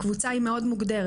הקבוצה היא מאוד מוגדרת.